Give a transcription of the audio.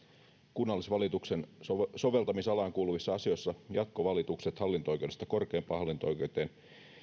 kunnallisvalituksen soveltamisalaan kuuluvissa asioissa jatkovalitukset hallinto oikeudesta korkeimpaan hallinto oikeuteen